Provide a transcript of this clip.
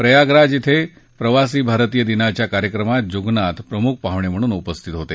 प्रयागराज डें प्रवासी भारतीय दिनाच्या कार्यक्रमात जुगनाथ प्रमुख पाहणे म्हणून उपस्थित होते